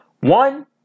One